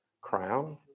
crown